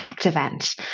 event